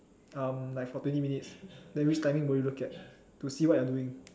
uh like for twenty minutes then which timing will you look at to see what you are doing